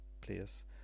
place